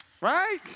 Right